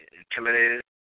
intimidated